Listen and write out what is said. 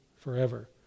forever